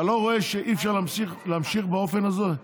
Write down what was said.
אתה לא רואה שאי-אפשר להמשיך באופן הזה?